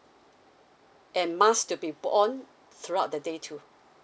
and mask to be put on throughout the day too